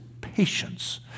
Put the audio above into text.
patience